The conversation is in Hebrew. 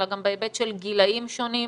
אלא גם בהיבט של גילאים שונים,